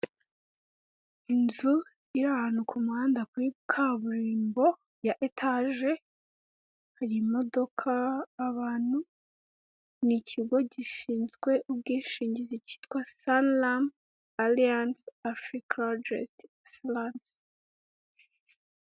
Inzu iri ahantu ku muhanda kuri kaburimbo ya etage harimo abantu ni ikigo gishinzwe ubwishingizi cyitwa sun ram aliance africalagestslce.